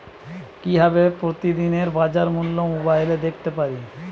কিভাবে প্রতিদিনের বাজার মূল্য মোবাইলে দেখতে পারি?